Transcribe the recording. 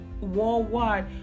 worldwide